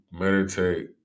meditate